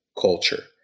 culture